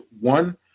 one